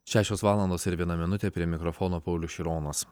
šešios valandos ir viena minutė prie mikrofono paulius šironas